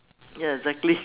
ya exactly